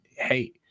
Hey